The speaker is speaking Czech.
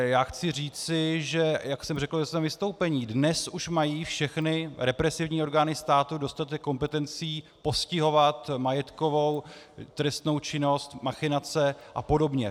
Já chci říci, jak jsem řekl ve svém vystoupení, že dnes už mají všechny represivní orgány státu dostatek kompetencí postihovat majetkovou trestnou činnost, machinace apod.